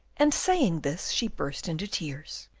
and saying this she burst into tears.